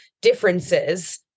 differences